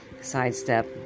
sidestep